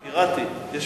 פיראטי, פיראטי.